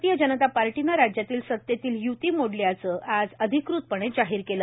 भारतीय जनता पार्टीनं राज्यातील सतेतील य्ती मोडल्याचं आज अधिकृतपणे जाहीर केलं